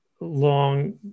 long